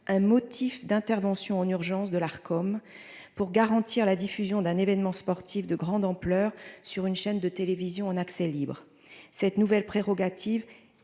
un motif d'intervention en urgence de l'Arcom pour garantir la diffusion d'un événement sportif de grande ampleur sur une chaîne de télévision en accès libre, cette nouvelle prérogative